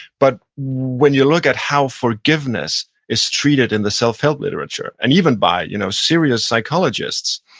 but when you look at how forgiveness is treated in the self-help literature, and even by you know serious psychologists,